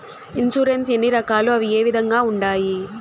insurance ఎన్ని రకాలు అవి ఏ విధంగా ఉండాయి